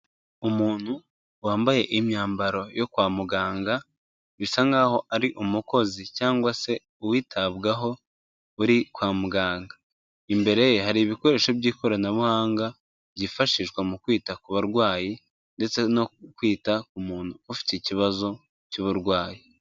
Umuntu wambaye imyambaro yo kwa muganga, bisa nk'aho ari umukozi cyangwa se uwitabwaho, uri kwa muganga. Imbere ye hari ibikoresho by'ikoranabuhanga, byifashishwa mu kwita ku barwayi, ndetse no kwita ku muntu ufite ikibazo cy'uburwayi.